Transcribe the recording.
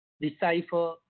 decipher